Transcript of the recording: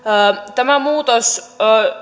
tämä muutos